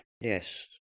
yes